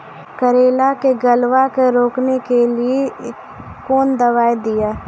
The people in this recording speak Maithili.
करेला के गलवा के रोकने के लिए ली कौन दवा दिया?